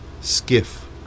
skiff